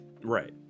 right